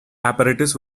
apparatus